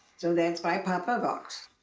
so that's why papa walks.